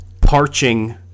parching